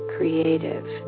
Creative